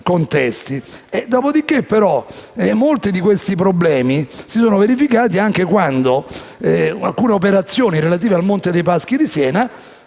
Dopodiché, però, molti di questi problemi si sono verificati anche quando alcune operazioni relative al Monte dei Paschi di Siena